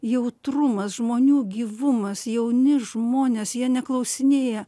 jautrumas žmonių gyvumas jauni žmonės jie neklausinėja